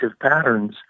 patterns